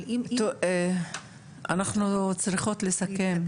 אנחנו צריכות לסכם.